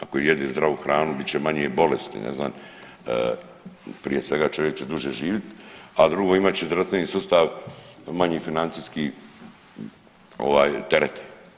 Ako jede zdravu hranu bit će manje i bolesti, ne znam prije svega čovjek će duže živit, a drugo imat će zdravstveni sustav manji financijski ovaj teret.